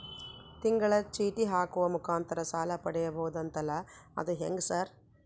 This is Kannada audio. ತಿಂಗಳ ಚೇಟಿ ಹಾಕುವ ಮುಖಾಂತರ ಸಾಲ ಪಡಿಬಹುದಂತಲ ಅದು ಹೆಂಗ ಸರ್?